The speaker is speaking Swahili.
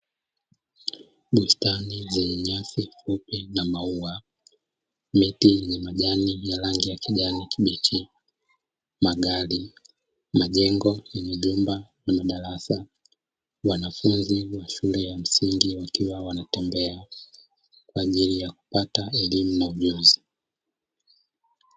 Bustani zenye nyasi fupi na maua, miti yenye majani ya rangi ya kijani kibichi, magari, majengo yenye vyumba vya darasa, wanafunzi shule ya msingi wakiwa wanatembea kwa ajili ya kupata elimu na ujuzi.